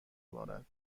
بارد